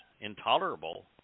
intolerable